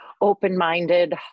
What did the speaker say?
open-minded